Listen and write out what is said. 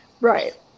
Right